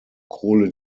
kohle